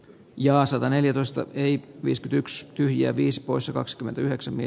ja sataneljätoista eli viiskytyks tyhyjiä viis poissa kaksikymmentäyhdeksän e